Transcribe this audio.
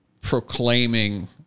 proclaiming